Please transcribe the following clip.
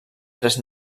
tres